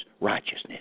righteousness